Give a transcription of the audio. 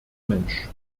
mensch